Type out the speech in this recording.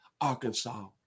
Arkansas